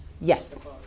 Yes